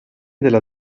della